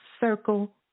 circle